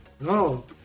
No